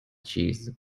cheese